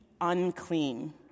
unclean